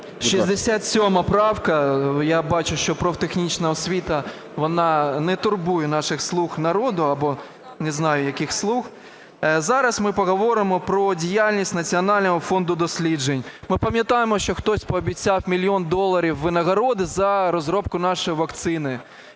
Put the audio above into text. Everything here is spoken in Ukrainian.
67 правка. Я бачу, що профтехнічна освіта, вона не турбує наших "слуг народу" або не знаю яких "слуг". Зараз ми поговоримо про діяльність Національного фонду досліджень. Ми пам'ятаємо, що хтось пообіцяв мільйон доларів винагороди за розробку нашої вакцини.